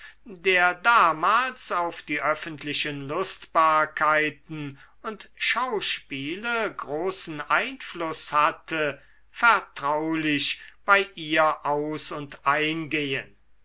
der damals auf die öffentlichen lustbarkeiten und schauspiele großen einfluß hatte vertraulich bei ihr aus und ein